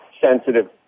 sensitive